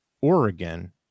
Oregon